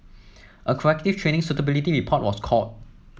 a corrective training suitability report was called